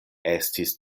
estis